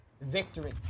victory